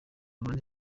bane